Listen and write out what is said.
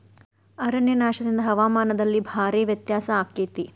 ಅರಣ್ಯನಾಶದಿಂದ ಹವಾಮಾನದಲ್ಲಿ ಭಾರೇ ವ್ಯತ್ಯಾಸ ಅಕೈತಿ